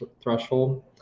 threshold